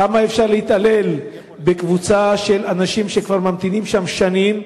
כמה אפשר להתעלל בקבוצה של אנשים שכבר ממתינים שם שנים,